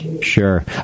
Sure